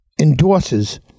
endorses